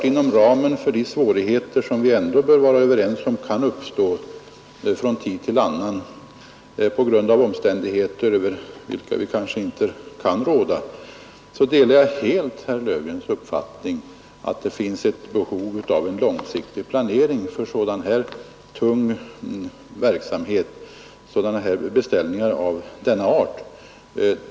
Inom ramen för de svårigheter som vi väl ändå kan vara överens om kan uppstå från tid till annan, på grund av omständigheter över vilka vi kanske inte kan råda, delar jag helt herr Löfgrens uppfattning, att det finns behov av en långsiktig planering för beställningar av denna art.